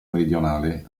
meridionale